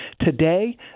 Today